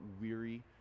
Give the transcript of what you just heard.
weary